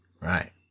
right